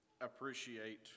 Appreciate